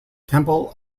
temple